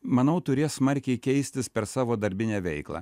manau turės smarkiai keistis per savo darbinę veiklą